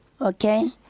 Okay